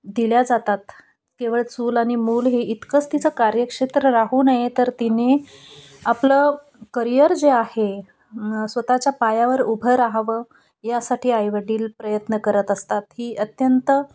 दिल्या जातात केवळ चूल आणि मूल हे इतकंच तिचं कार्यक्षेत्र राहू नये तर तिने आपलं करियर जे आहे मं स्वतःच्या पायावर उभं रहावं यासाठी आईवडील प्रयत्न करत असतात ही अत्यंत